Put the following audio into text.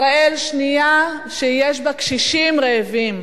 ישראל שיש בה קשישים רעבים.